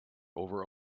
over